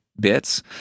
bits